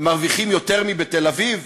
מרוויחים יותר מאשר בתל-אביב?